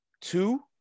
two